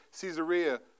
Caesarea